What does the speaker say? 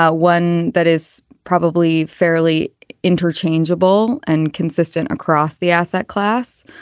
ah one that is probably fairly interchangeable and consistent across the asset class.